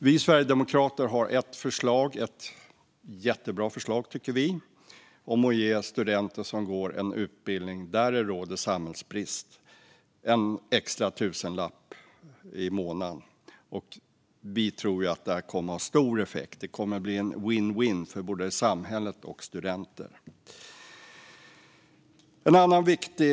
Vi sverigedemokrater har ett förslag. Det är ett jättebra förslag tycker vi. Det handlar om att ge studenter som går en utbildning där det råder samhällsbrist en extra tusenlapp i månaden. Vi tror att det kommer att ha stor effekt. Det kommer att bli vinn-vinn för både samhället och studenter. Jag tar de stora dragen i här dag.